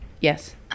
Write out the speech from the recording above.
Yes